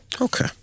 Okay